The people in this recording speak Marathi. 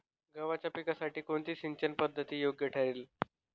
गव्हाच्या पिकासाठी कोणती सिंचन पद्धत योग्य ठरेल?